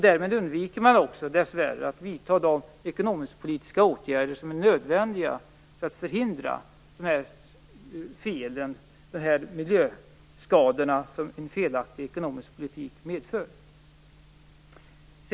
Därmed undviker man också dess värre att vidta de ekonomisk-politiska åtgärder som är nödvändiga för att förhindra de miljöskador som en felaktig ekonomisk politik medför.